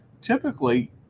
typically